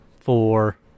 four